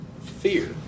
fear